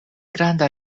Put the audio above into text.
granda